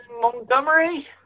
Montgomery